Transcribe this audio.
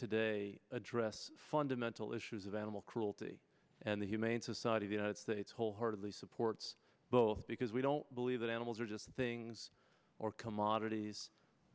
today address fundamental issues of animal cruelty and the humane society the united states wholeheartedly supports both because we don't believe that animals are just things or commodities